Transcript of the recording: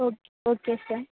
okay okay sir